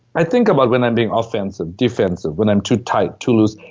i think about when i'm being offensive, defensive, when i'm too tight, too loose.